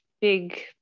big